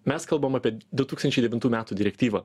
mes kalbam apie du tūkstančiai devintų metų direktyvą